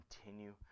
continue